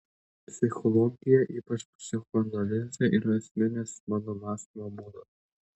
psichologija ypač psichoanalizė yra esminis mano mąstymo būdas